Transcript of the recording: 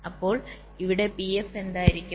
അപ്പോൾ ഇവിടെ Pf എന്തായിരിക്കും